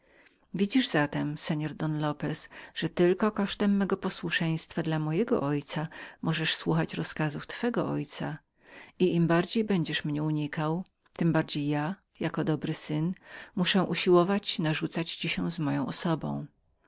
widzisz zatem seor don lopez że tylko kosztem mego posłuszeństwa dla mego ojca możesz słuchać rozkazów twego i im bardziej będziesz mnie unikał tem bardziej ja jako dobry syn muszę usiłować narzucać ci się z moją osobą